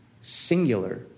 singular